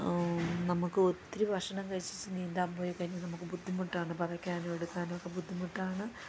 നമുക്ക് ഒത്തിരി ഭക്ഷണം കഴിച്ചിട്ട് നീന്താൻ പോയിക്കഴിഞ്ഞാൽ നമുക്ക് ബുദ്ധിമുട്ടാണ് പതക്കാനും എടുക്കാനൊക്കെ ബുദ്ധിമുട്ടാണ്